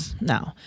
no